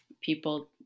people